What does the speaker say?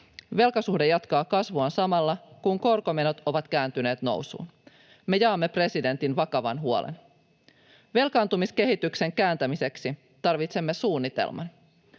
Velkasuhde jatkaa kasvuaan samalla, kun korkomenot ovat kääntyneet nousuun. Me jaamme presidentin vakavan huolen. Velkaantumiskehityksen kääntämiseksi tarvitsemme suunnitelman.